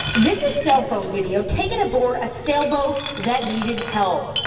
this is cell phone video taken aboard a sailboat that needed help.